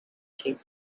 taped